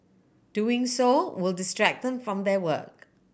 doing so will distract then from their work